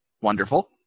Wonderful